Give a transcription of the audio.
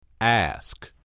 Ask